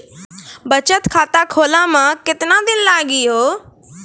बचत खाता खोले मे केतना दिन लागि हो?